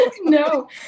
no